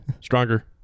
stronger